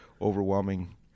overwhelming